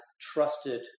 trusted